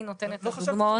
אני נותנת את הדוגמאות פה.